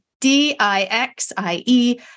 D-I-X-I-E